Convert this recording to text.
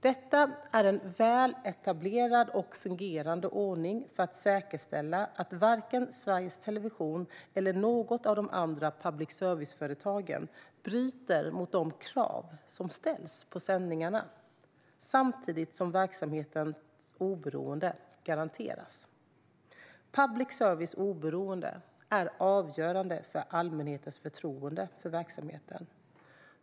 Detta är en väl etablerad och fungerande ordning för att säkerställa att varken Sveriges Television eller något av de andra public service-företagen bryter mot de krav som ställs på sändningarna, samtidigt som verksamhetens oberoende garanteras. Public service oberoende är avgörande för allmänhetens förtroende för verksamheten.